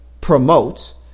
promote